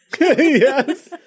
Yes